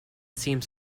seems